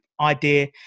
idea